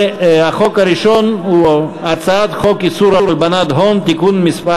החוק הראשון הוא הצעת חוק איסור הלבנת הון (תיקון מס'